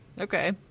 Okay